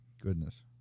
Goodness